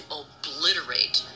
obliterate